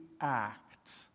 act